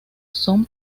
son